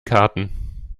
karten